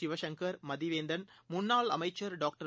சிவசங்கள் மதிவேந்தன் முன்னாள் அமைச்சர் டாக்டர்